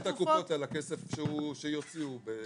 שמישהו יפצה את הקופות על הכסף שיוציאו בשגגה.